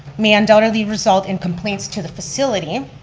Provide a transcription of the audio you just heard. may undoubtedly result in complaints to the facility,